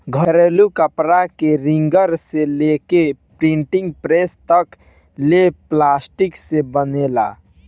घरेलू कपड़ा के रिंगर से लेके प्रिंटिंग प्रेस तक ले प्लास्टिक से बनेला